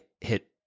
hit